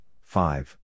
five